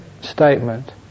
statement